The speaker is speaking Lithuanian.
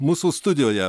mūsų studijoje